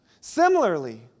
Similarly